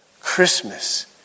Christmas